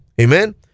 Amen